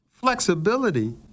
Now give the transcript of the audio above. flexibility